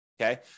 okay